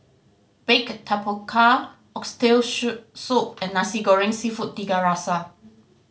baked tapioca oxtail soup and Nasi Goreng Seafood Tiga Rasa